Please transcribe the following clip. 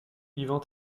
ivan